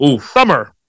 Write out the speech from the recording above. Summer